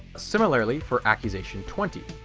similarly for accusation twenty.